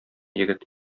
егет